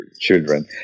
children